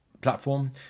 platform